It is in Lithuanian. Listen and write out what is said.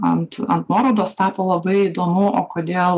ant ant nuorodos tapo labai įdomu o kodėl